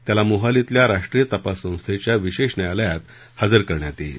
त्याला मोहालीतल्या राष्ट्रीय तपास संस्थेच्या विशेष न्यायालयात हजर करण्यात येईल